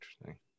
Interesting